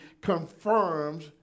confirms